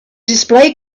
display